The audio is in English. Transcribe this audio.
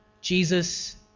Jesus